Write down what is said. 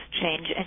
change